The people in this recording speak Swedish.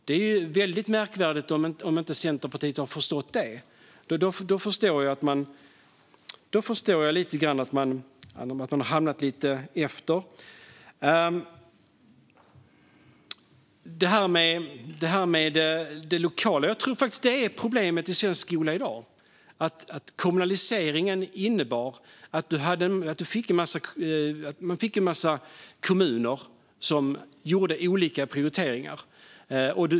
Det är väldigt märkvärdigt om Centerpartiet inte har förstått det, men då förstår jag lite grann att man hamnat efter. Jag tror faktiskt att det är det lokala som är problemet i svensk skola i dag. Kommunaliseringen innebar att en massa kommuner gör olika prioriteringar.